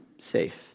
safe